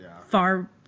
far